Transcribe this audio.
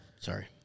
sorry